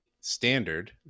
standard